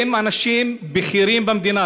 אם אנשים בכירים במדינה,